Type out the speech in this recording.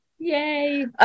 Yay